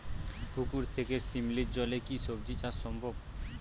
পুকুর থেকে শিমলির জলে কি সবজি চাষ সম্ভব?